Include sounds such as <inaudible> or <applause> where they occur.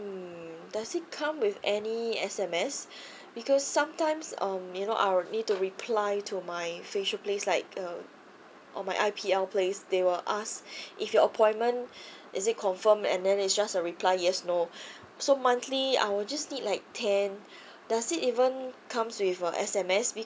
does it come with any S_M_S <breath> because sometimes um you know I would need to reply to my facial place like uh or my I_P_L place they will ask if your appointment is it confirm and then it's just a reply yes no so monthly I will just need like ten does it even comes with a S_M_S